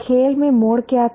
खेल में मोड़ क्या था